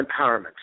empowerment